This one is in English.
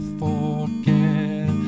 forget